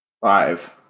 Five